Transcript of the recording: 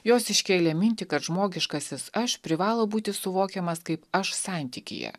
jos iškėlė mintį kad žmogiškasis aš privalo būti suvokiamas kaip aš santykyje